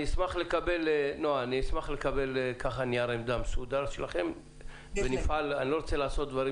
אני אשמח לקבל נייר עמדה מסודר שלכם ונפעל בהתאם.